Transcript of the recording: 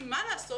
כי מה לעשות,